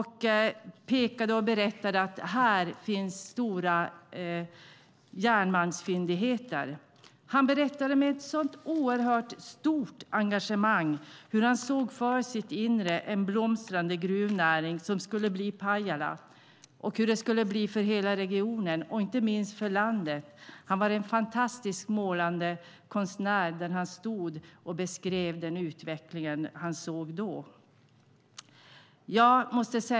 Han pekade och berättade att det fanns stora järnmalmsfyndigheter. Han berättade med ett oerhört engagemang hur han för sitt inre såg en blomstrande gruvnäring i Pajala och hur det skulle bli för hela regionen och inte minst för landet. Han var en fantastisk, målande konstnär, där han stod och beskrev den utveckling som han såg då.